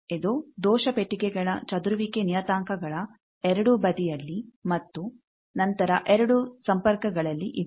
ಇದು ದೋಷ ಪೆಟ್ಟಿಗೆಗಳ ಚದುರುವಿಕೆ ನಿಯತಾಂಕಗಳ ಎರಡೂ ಬದಿಯಲ್ಲಿ ಮತ್ತು ನಂತರ ಎರಡು ಸಂಪರ್ಕಗಳಲ್ಲಿ ಇದೆ